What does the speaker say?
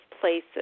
places